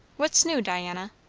what's new, diana?